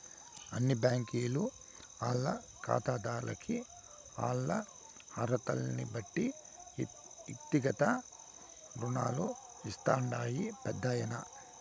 అన్ని బ్యాంకీలు ఆల్ల కాతాదార్లకి ఆల్ల అరహతల్నిబట్టి ఎక్తిగత రుణాలు ఇస్తాండాయి పెద్దాయనా